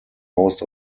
most